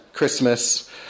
Christmas